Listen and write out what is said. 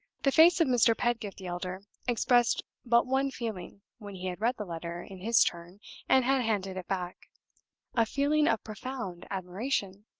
the face of mr. pedgift the elder expressed but one feeling when he had read the letter in his turn and had handed it back a feeling of profound admiration.